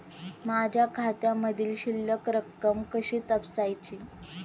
माझ्या खात्यामधील शिल्लक रक्कम कशी तपासायची?